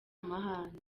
amahane